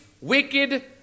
wicked